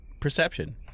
Perception